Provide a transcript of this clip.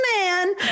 man